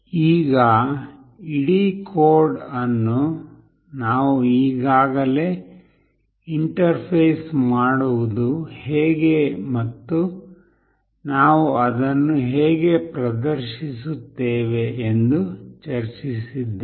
ಈಗ ಇಡೀ ಕೋಡ್ ಅನ್ನು ನಾವು ಈಗಾಗಲೇ ಇಂಟರ್ಫೇಸ್ ಮಾಡುವುದು ಹೇಗೆ ಮತ್ತು ನಾವು ಅದನ್ನು ಹೇಗೆ ಪ್ರದರ್ಶಿಸುತ್ತೇವೆ ಎಂದು ಚರ್ಚಿಸಿದ್ದೇನೆ